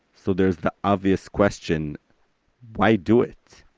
so, there's the obvious question why do it?